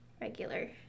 regular